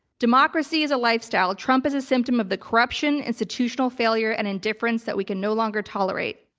democracy is a lifestyle. trump is a symptom of the corruption, institutional failure and indifference that we can no longer tolerate.